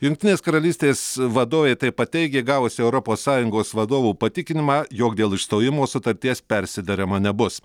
jungtinės karalystės vadovė taip pat teigė gavusi europos sąjungos vadovų patikinimą jog dėl išstojimo sutarties persiderema nebus